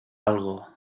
algo